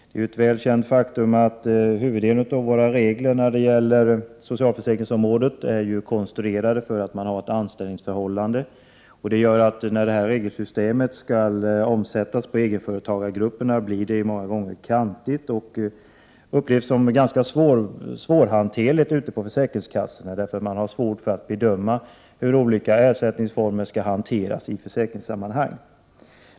Det är ett välkänt faktum att huvuddelen av reglerna på socialförsäkringsområdet är konstruerade för personer med anställningsförhållande. När regelsystemet skall tillämpas för egenföretagargrupperna uppstår det många gånger kantigheter. Systemet upplevs som svårhanterligt ute på försäkrings kassorna. Där har man svårt att bedöma hur olika ersättningsformer skall — Prot. 1988/89:111 tillämpas.